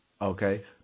okay